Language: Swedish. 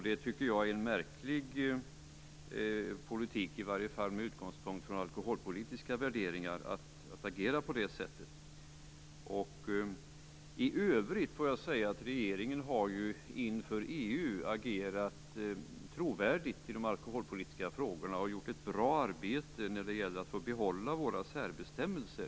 Det tycker jag är en märklig politik, i varje fall med utgångspunkt i alkoholpolitiska värderingar. Regeringen har agerat trovärdigt inför EU i de alkoholpolitiska frågorna och gjort ett bra arbete för att vi skall få behålla våra särbestämmelser.